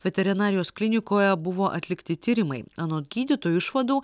veterinarijos klinikoje buvo atlikti tyrimai anot gydytojų išvadų